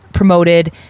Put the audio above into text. promoted